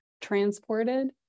transported